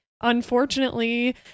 unfortunately